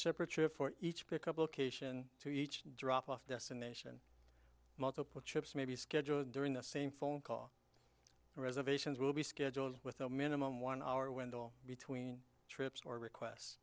separate trip for each be a couple cation to each drop off destination multiple trips may be scheduled during the same phone call reservations will be scheduled with a minimum one hour window between trips or requests